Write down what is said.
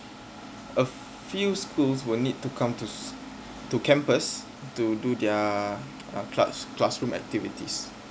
a few schools will need to come to s~ to campus to do their uh class~ classroom activities